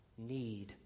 need